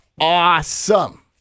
awesome